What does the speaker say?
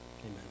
Amen